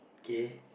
K